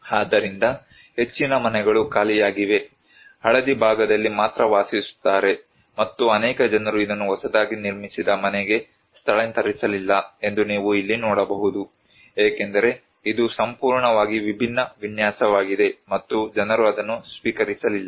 ಆದ್ದರಿಂದ ಹೆಚ್ಚಿನ ಮನೆಗಳು ಖಾಲಿಯಾಗಿವೆ ಹಳದಿ ಭಾಗದಲ್ಲಿ ಮಾತ್ರ ವಾಸಿಸುತ್ತಾರೆ ಮತ್ತು ಅನೇಕ ಜನರು ಇದನ್ನು ಹೊಸದಾಗಿ ನಿರ್ಮಿಸಿದ ಮನೆಗೆ ಸ್ಥಳಾಂತರಿಸಲಿಲ್ಲ ಎಂದು ನೀವು ಇಲ್ಲಿ ನೋಡಬಹುದು ಏಕೆಂದರೆ ಇದು ಸಂಪೂರ್ಣವಾಗಿ ವಿಭಿನ್ನ ವಿನ್ಯಾಸವಾಗಿದೆ ಮತ್ತು ಜನರು ಅದನ್ನು ಸ್ವೀಕರಿಸಲಿಲ್ಲ